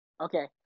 Okay